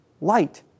light